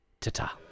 Ta-ta